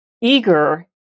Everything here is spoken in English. eager